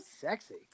sexy